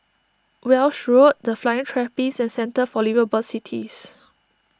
Walshe Road the Flying Trapeze and Centre for Liveable Cities